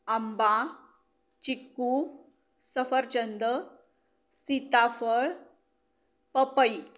आंबा चिक्कू सफरचंद सीताफळ पपई